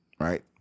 right